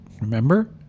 Remember